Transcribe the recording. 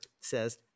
says